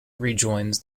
rejoins